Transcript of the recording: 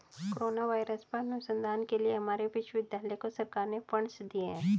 corona virus पर अनुसंधान के लिए हमारे विश्वविद्यालय को सरकार ने फंडस दिए हैं